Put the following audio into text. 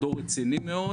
מדור רציני מאוד